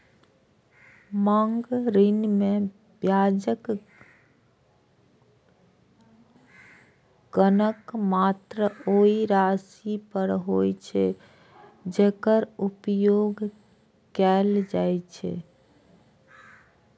मांग ऋण मे ब्याजक गणना मात्र ओइ राशि पर होइ छै, जेकर उपयोग कैल जाइ छै